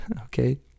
okay